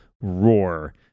roar